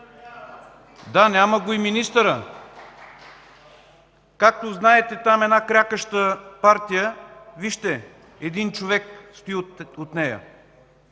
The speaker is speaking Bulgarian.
Да, няма го и министърът. Както знаете, там една крякаща партия, вижте, един човек стои от нея.